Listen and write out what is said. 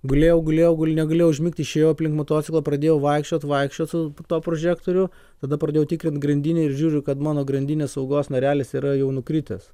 gulėjau gulėjau gul negalėjau užmigti išėjau aplink motociklą pradėjau vaikščiot vaikščiot to prožektorių tada pradėjau tikrint grandinę ir žiūriu kad mano grandinės saugos narelis yra jau nukritęs